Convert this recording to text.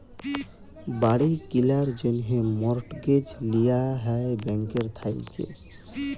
বাড়ি কিলার জ্যনহে মর্টগেজ লিয়া হ্যয় ব্যাংকের থ্যাইকে